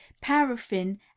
paraffin